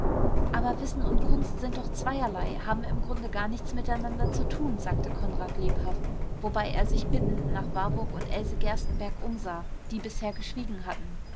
aber wissen und kunst sind doch zweierlei haben im grunde gar nichts miteinander zu tun sagte konrad lebhaft wobei er sich bittend nach warburg und else gerstenbergk umsah die bisher geschwiegen hatten